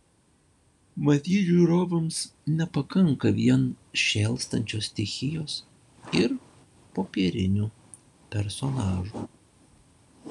matyt žiūrovams nepakanka vien šėlstančios stichijos ir popierinių personažų